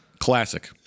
Classic